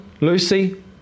Lucy